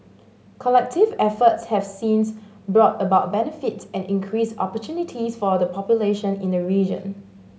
collective efforts have since brought about benefits and increased opportunities for the population in the region